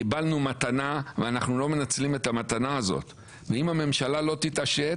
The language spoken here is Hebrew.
קיבלנו מתנה ואנחנו לא מנצלים את המתנה הזו ואם הממשלה לא תתעשת,